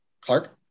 Clark